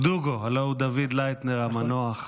דוגו, הלוא הוא דוד לייטנר המנוח,